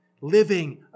living